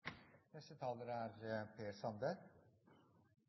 Neste taler er